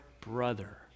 brother